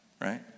Right